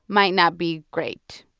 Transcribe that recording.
might not be great.